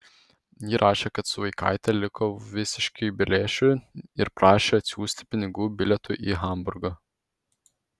ji rašė kad su vaikaite liko visiškai be lėšų ir prašė atsiųsti pinigų bilietui į hamburgą